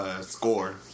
score